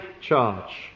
charge